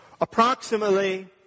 approximately